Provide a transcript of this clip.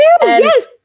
Yes